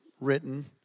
written